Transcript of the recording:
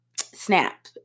snap